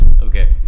Okay